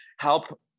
help